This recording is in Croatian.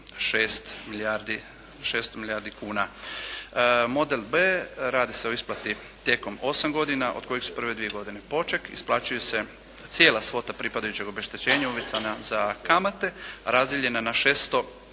600 milijardi kuna. Model b), radi se o isplati tijekom 8 godina od kojih su prve dvije godine poček i isplaćuje se cijela svota pripadajućeg obeštećenja uvećana za kamate, razdijeljena na 6-godišnje